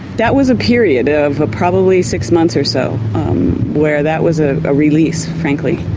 that was a period of ah probably six months or so where that was a a release, frankly,